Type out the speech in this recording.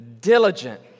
diligent